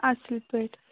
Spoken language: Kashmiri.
اَصٕل پٲٹھۍ